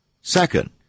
Second